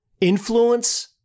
influence